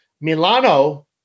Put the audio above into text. Milano